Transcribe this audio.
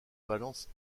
valence